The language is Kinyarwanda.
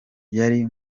yari